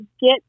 get